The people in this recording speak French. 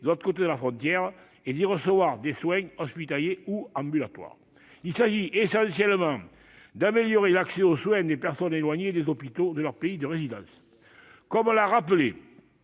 de l'autre côté de la frontière et d'y recevoir des soins hospitaliers ou ambulatoires. Il s'agit essentiellement d'améliorer l'accès aux soins des personnes éloignées des hôpitaux de leur pays de résidence. Comme l'a rappelé